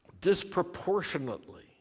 disproportionately